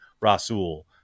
Rasul